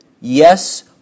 Yes